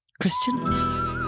Christian